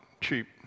cheap